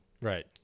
right